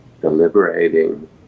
deliberating